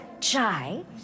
chai